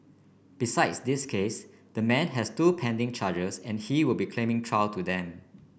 besides this case the man has two pending charges and he will be claiming trial to them